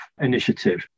initiative